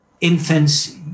Infants